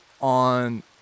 on